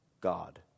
God